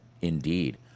indeed